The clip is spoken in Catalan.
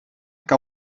que